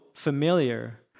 Familiar